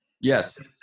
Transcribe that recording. yes